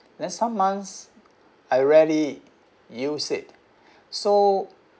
then some months I rarely use it so